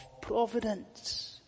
providence